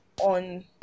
on